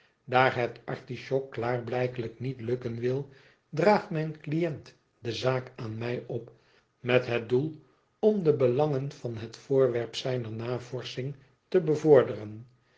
daar het artisjok klaarblijkelijk niet gelukken wil draagt mijn cliënt de zaak aan mij op met het doel om de belangen van het voorwerp zijner navorsching te bevorderen